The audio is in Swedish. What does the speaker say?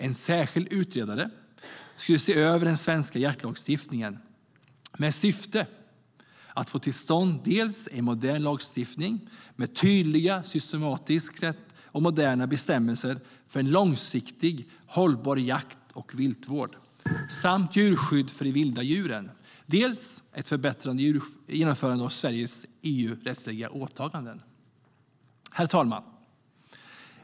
En särskild utredare skulle se över den svenska jaktlagstiftningen i syfte att få till stånd dels en modern lagstiftning med tydlig systematik och moderna bestämmelser för en långsiktigt hållbar jakt och viltvård samt djurskydd för de vilda djuren, dels ett förbättrat genomförande av Sveriges EU-rättsliga åtaganden. Herr talman!